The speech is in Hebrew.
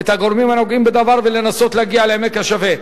את הגורמים הנוגעים בדבר ולנסות להגיע לעמק השווה,